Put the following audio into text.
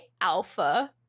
alpha